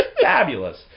Fabulous